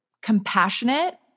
compassionate